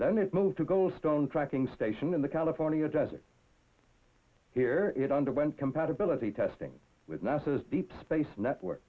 then it moved to goldstone tracking station in the california desert here it underwent compatibility testing with nasa's deep space network